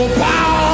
power